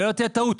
שלא תהיה טעות,